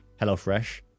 HelloFresh